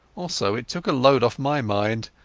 also it took a load off my mind.